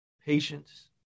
patience